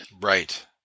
Right